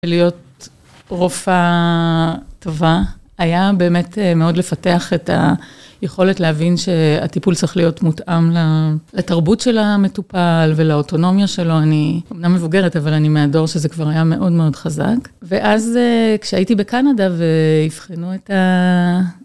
להיות רופאה טובה, היה באמת מאוד לפתח את היכולת להבין שהטיפול צריך להיות מותאם לתרבות של המטופל ולאוטונומיה שלו. אני אמנם מבוגרת, אבל אני מהדור שזה כבר היה מאוד מאוד חזק. ואז כשהייתי בקנדה ואבחנו את ה...